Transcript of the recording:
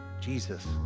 Jesus